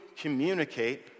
communicate